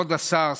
כבוד השר,